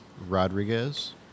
Rodriguez